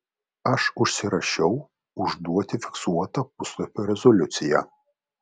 aš užsirašiau užduoti fiksuotą puslapio rezoliuciją